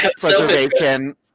preservation